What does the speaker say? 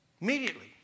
Immediately